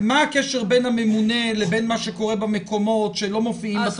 מה הקשר בין הממונה לבין מה שקורה במקומות שלא מופיעים בתוספת?